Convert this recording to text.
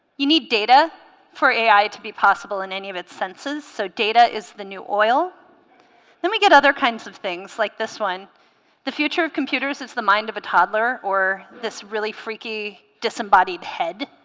you need data for ai to be possible in any of its senses so data is the new oil then we get other kinds of things like this one the future of computers is the mind of a toddler or this really freaky disembodied head